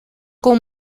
com